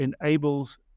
enables